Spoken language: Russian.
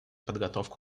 подготовку